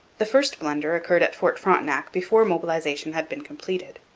the first blunder occurred at fort frontenac before mobilization had been completed.